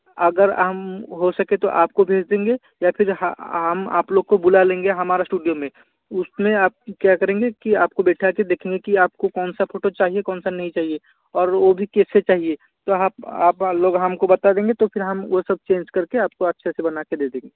अगर हम हो सके तो आप को भेज देंगे या फिर हम आप लोग को बुला लेंगे हमारा स्टूडियो में उस में आप क्या करेंगे कि आप को बैठा कर देखेंगे कि आप को कौन सा फ़ोटो चाहिए कौन सा नहीं चाहिए और वह भी कैसे चाहिए तो आप आप लोग हम को बता देंगे तो फिर हम वह सब चेंज कर के आप को अच्छे से बना कर दे देंगे